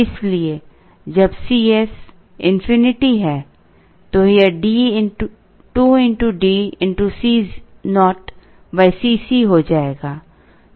इसलिए जब C s infinity है तो यह 2D Co Cc हो जाएगा जो वही मॉडल है